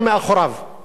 הרוע המושלם,